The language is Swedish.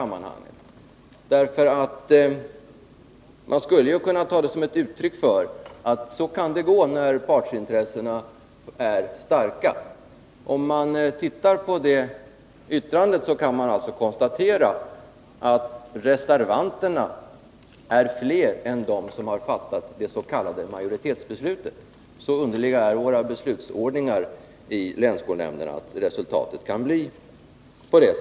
Men skulle kunna ta det som ett uttryck för hur det kan gå när partsintressena är starka. Om man ser på det yttrandet kan man konstatera att reservanterna är flera än dem som fattat det s.k. majoritetsbeslutet. Så underliga är våra beslutsordningar i länsskolnämnderna att resultatet kan bli sådant.